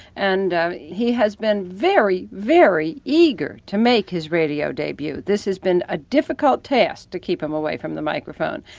and he has been very, very eager to make his radio debut. this has been a difficult task to keep him away from the microphone.